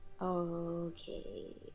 okay